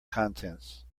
contents